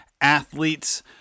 Athletes